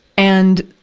and,